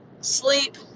sleep